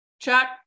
Chuck